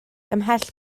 ymhell